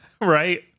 Right